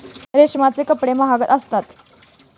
रेशमाचे कपडे महाग असतात